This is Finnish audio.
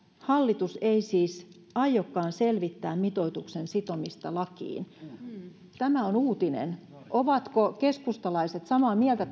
hallitus ei siis aiokaan selvittää mitoituksen sitomista lakiin tämä on uutinen ovatko tästä asiasta samaa mieltä